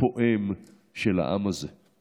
הפועם של העם הזה.